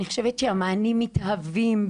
אני חושבת שהמענים מתהווים,